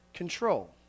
control